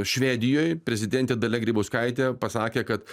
švedijoj prezidentė dalia grybauskaitė pasakė kad